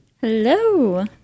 Hello